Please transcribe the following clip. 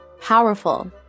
Powerful